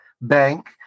bank